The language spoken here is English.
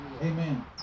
Amen